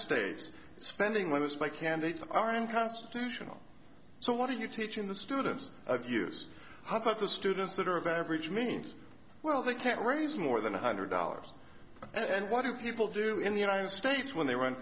states spending limits by candidates are unconstitutional so what are you teaching the students of yours how about the students that are of average means well they can't raise more than one hundred dollars and what do people do in the united states when they run